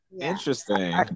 Interesting